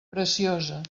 preciosa